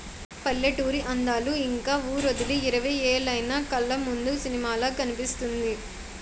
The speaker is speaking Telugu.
పల్లెటూరి అందాలు ఇంక వూరొదిలి ఇరవై ఏలైన కళ్లముందు సినిమాలా కనిపిస్తుంది